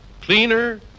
cleaner